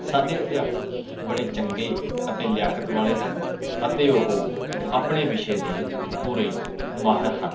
ਸਾਡੇ ਅਧਿਆਪਕ ਬੜੇ ਚੰਗੇ ਅਤੇ ਲਿਆਕਤ ਵਾਲੇ ਹਨ ਅਤੇ ਉਹ ਆਪਣੇ ਵਿਸ਼ੇ ਦੇ ਪੂਰੇ ਮਾਹਰ ਹਨ